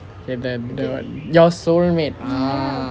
okay the the your soul mate ah